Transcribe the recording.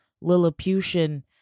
Lilliputian